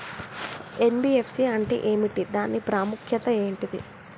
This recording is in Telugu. ఎన్.బి.ఎఫ్.సి అంటే ఏమిటి దాని ప్రాముఖ్యత ఏంటిది?